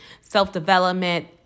self-development